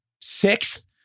sixth